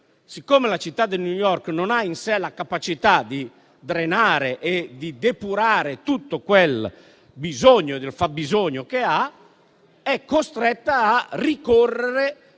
Siccome la città di New York non ha in sé la capacità di drenare e di depurare tutto quel bisogno del fabbisogno che ha, è costretta a ricorrere